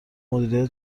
مدیریت